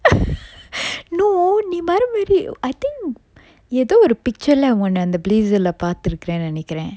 no நீ மறுவரி:nee maruvari I think எதோ ஒரு:etho oru picture lah ஒன்ன அந்த:onna antha blazer lah பாத்திருக்கன்னு நெனைக்குரன்:pathirukkannu nenaikkuran